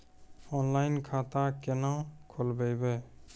Online खाता केना खोलभैबै?